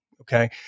Okay